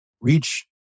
reach